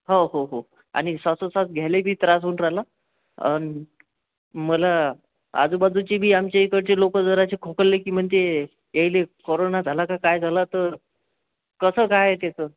हो हो हो आणि श्वासोश्वास घ्यायलाय बी त्रास होऊन राहिला आणि मला आजूबाजूची बी आमच्या इकडचे लोक जरासे खोकलले की म्हणते येयले कोरोना झाला का काय झाला तर कसं काय आहे त्याचं